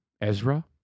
Ezra